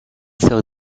sort